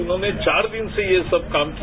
उन्होंने चार दिन से ये सब काम किया